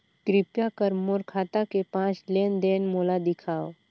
कृपया कर मोर खाता के पांच लेन देन मोला दिखावव